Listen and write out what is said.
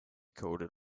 coated